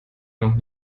noch